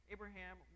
Abraham